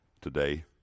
today